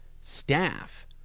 staff